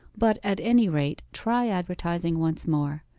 but at any rate, try advertising once more.